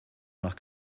nach